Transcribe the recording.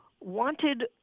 wanted